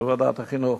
בוועדת החינוך.